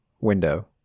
window